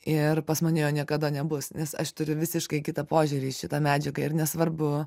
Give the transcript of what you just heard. ir pas mane jo niekada nebus nes aš turiu visiškai kitą požiūrį į šitą medžiagą ir nesvarbu